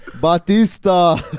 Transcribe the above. Batista